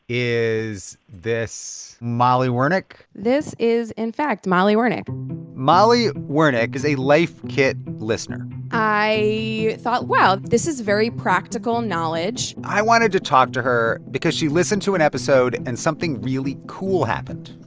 is this molly wernick? this is, in fact, molly wernick molly wernick is a life kit listener i yeah thought, wow, this is very practical knowledge i wanted to talk to her because she listened to an episode, and something really cool happened.